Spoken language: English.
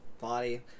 body